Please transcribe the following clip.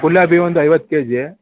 ಗುಲಾಬಿ ಒಂದು ಐವತ್ತು ಕೆ ಜಿ